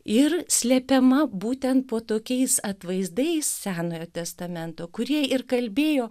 ir slepiama būtent po tokiais atvaizdais senojo testamento kurie ir kalbėjo